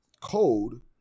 code